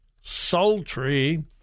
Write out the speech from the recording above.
sultry